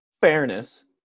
fairness